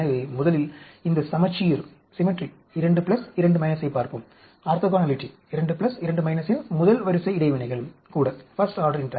எனவே முதலில் இந்த சமச்சீர் 2 2 ஐப் பார்ப்போம் ஆர்த்தோகனாலிட்டி 2 2 இன் முதல் வரிசை இடைவினைகள் கூட